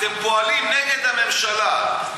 אתם פועלים נגד הממשלה,